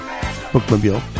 Bookmobile